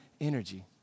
energy